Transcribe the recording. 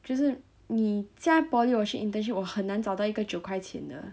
就是你加他 poly 我去 internship 我很难找到一个九块钱的